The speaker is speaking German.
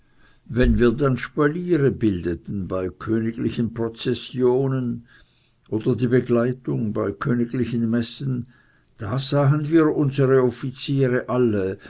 wenn wir dann spaliere bildeten bei königlichen prozessionen oder die begleitung bei königlichen messen da sahen wir unsere offiziere alle